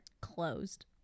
closed